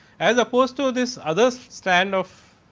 as approach to this others stand of